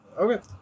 Okay